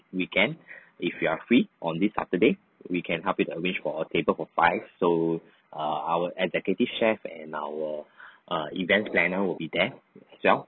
weekend if you are free on this saturday we can help you arrange for a table for five so err our executive chef and our err event's planner will be there as well